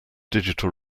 digital